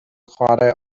chwarae